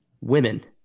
women